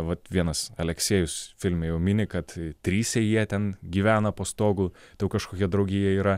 vat vienas aleksejus filme jau mini kad trise jie ten gyvena po stogu tai jau kažkokia draugija yra